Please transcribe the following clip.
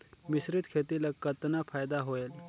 मिश्रीत खेती ल कतना फायदा होयल?